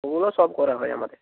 ওগুলো সব করা হয় আমাদের